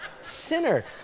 Sinner